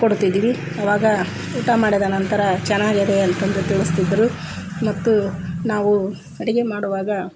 ಕೊಡುತಿದ್ವಿ ಅವಾಗ ಊಟ ಮಾಡಿದ ನಂತರ ಚೆನ್ನಾಗಿದೆ ಅಂತಂದು ತಿಳಿಸ್ತಿದ್ರು ಮತ್ತು ನಾವು ಅಡುಗೆ ಮಾಡುವಾಗ